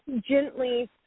gently